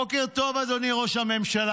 בוקר טוב, אדוני ראש הממשלה.